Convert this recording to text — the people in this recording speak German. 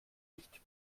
nicht